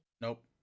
nope